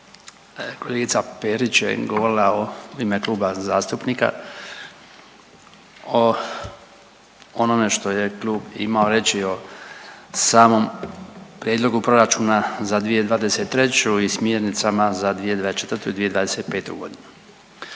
Kolegica Perić je govorila u ime kluba zastupnika o onome što je klub imao reći o samom prijedlogu proračuna za 2023. i smjernicama za 2024. i 2025.g.